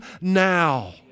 now